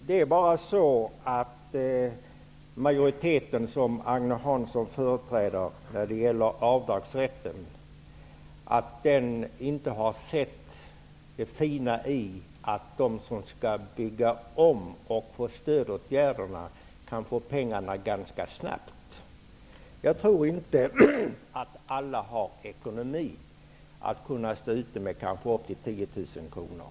Herr talman! Majoriteten som Agne Hansson företräder när det gäller avdragsrätten har inte sett det fina i att de som bygger om och som skall få stöd till det får pengarna ganska snabbt. Jag tror inte att alla har ekonomi att ligga ute med upp till 10 000 kr.